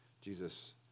Jesus